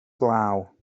glaw